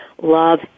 Love